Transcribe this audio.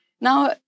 Now